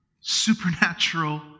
supernatural